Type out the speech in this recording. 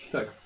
Tak